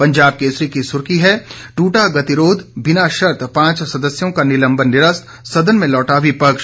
पंजाब केसरी की सुर्खी है ट्रटा गतिरोध बिना शर्त पांच सदस्यों का निलंबन निरस्त सदन में लौटा विपक्ष